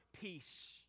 peace